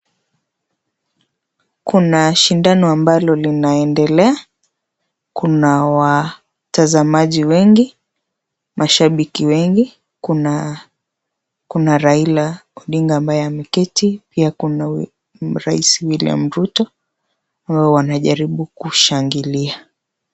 Kuna shindano ambalo linaendelea, kuna watazamaji wengi, mashabiki wengi, kuna Raila Odinga ambaye ameketi pia kuna rais William Ruto, hao wanajaribu kushangilia.